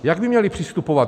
Jak by měli přistupovat?